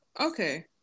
Okay